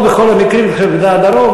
לא בכל המקרים, חלק בעד הרוב.